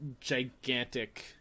gigantic